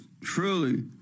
truly